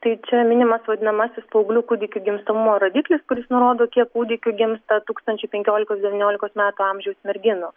tai čia minimas vadinamasis paauglių kūdikių gimstamumo rodiklis kuris nurodo kiek kūdikių gimsta tūkstančiui penkiolikos devyniolikos metų amžiaus merginų